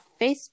facebook